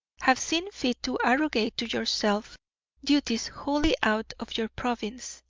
have seen fit to arrogate to yourself duties wholly out of your province,